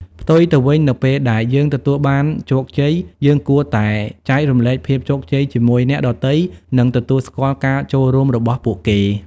ផ្ទុយទៅវិញ នៅពេលដែលយើងទទួលបានជោគជ័យ យើងគួរតែចែករំលែកភាពជោគជ័យជាមួយអ្នកដទៃ និងទទួលស្គាល់ការចូលរួមរបស់ពួកគេ។